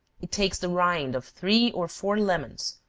it takes the rind of three or four lemons,